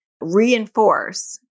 reinforce